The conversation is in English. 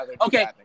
Okay